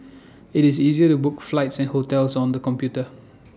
IT is easy to book flights and hotels on the computer